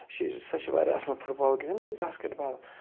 سۄ چھِ واریاہ اَصٕل فُٹ بال گِنٛدان بیٚیہِ باسکٮ۪ٹ بال